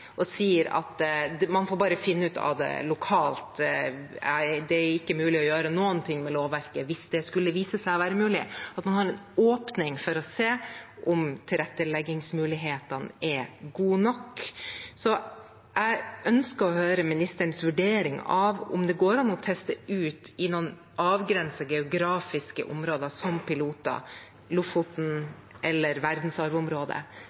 og sier at man får bare finne ut av det lokalt, det er ikke mulig å gjøre noe med lovverket, men at man, hvis det skulle vise seg å være mulig, har en åpning for å se om tilretteleggingsmulighetene er gode nok. Så jeg ønsker å høre ministerens vurdering av om det går an å teste ut sånne piloter i noen avgrensete geografiske områder, i Lofoten eller verdensarvområdet, piloter